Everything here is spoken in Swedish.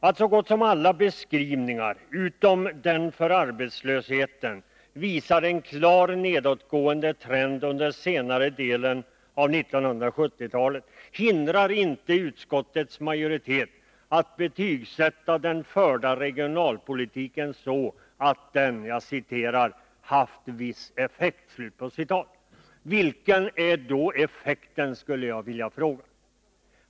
Att så gott som alla beskrivningar av verksamheter — i motsats till siffrorna för arbetslösheten — visar på en klart nedåtgående trend under senare delen av 1970-talet hindrar inte utskottets majoritet att betygsätta den förda regionalpolitiken så, att den ”haft viss effekt”. Vilken är då den effekten? skulle jag vilja fråga.